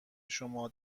شما